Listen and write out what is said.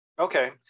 Okay